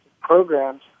programs